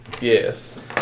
Yes